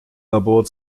labor